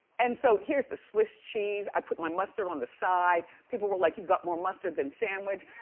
and so here's the swiss cheese. i put my muster on the side. people were like, you've got more mustard than sandwich.